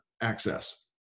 access